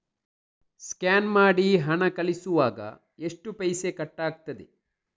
Scan ಮಾಡಿ ಹಣ ಕಳಿಸುವಾಗ ಎಷ್ಟು ಪೈಸೆ ಕಟ್ಟಾಗ್ತದೆ?